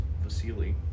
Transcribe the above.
Vasili